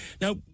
Now